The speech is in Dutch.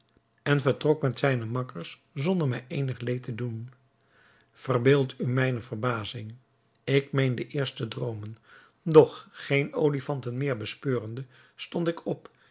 en vertrok met zijne makkers zonder mij eenig leed te doen verbeeldt u mijne verbazing ik meende eerst te droomen doch geene olifanten meer bespeurende stond ik op